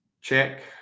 check